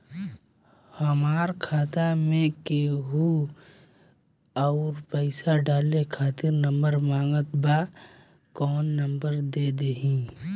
हमार खाता मे केहु आउर पैसा डाले खातिर नंबर मांगत् बा कौन नंबर दे दिही?